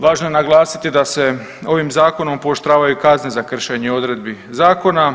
Važno je naglasiti da se ovim zakonom pooštravaju kazne za kršenje odredbi zakona.